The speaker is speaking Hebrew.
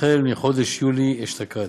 החל בחודש יולי אשתקד.